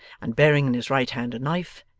and bearing in his right hand a knife,